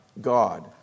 God